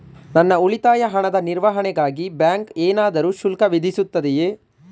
ನನ್ನ ಉಳಿತಾಯ ಹಣದ ನಿರ್ವಹಣೆಗಾಗಿ ಬ್ಯಾಂಕು ಏನಾದರೂ ಶುಲ್ಕ ವಿಧಿಸುತ್ತದೆಯೇ?